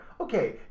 Okay